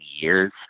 years